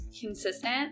Consistent